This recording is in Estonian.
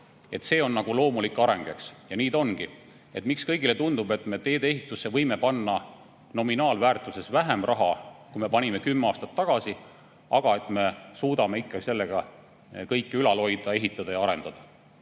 see on loomulik areng? Ja nii ta ongi. Ja miks samas kõigile tundub, et me teedeehitusse võime panna nominaalväärtuses vähem raha, kui me panime kümme aastat tagasi, aga me suudame ikka sellega kõike ülal hoida, ehitada ja arendada?